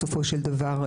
בסופו של דבר,